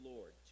Lord